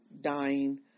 dying